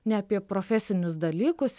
ne apie profesinius dalykus